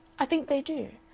i think they do.